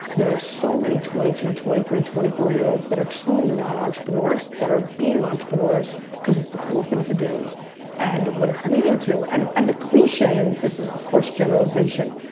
there are so many twenty two, twenty three, twenty four year olds that are truly not entrepreneurs that are being entrepreneurs cause it's the cool thing to do and what it's leading to, and and the cliche, and this is of course generalization,